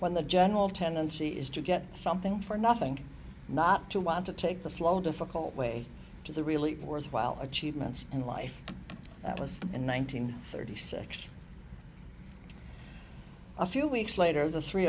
when the general tendency is to get something for nothing not to want to take the slow difficult way to the really worthwhile achievements in life that was in one nine hundred thirty six a few weeks later the three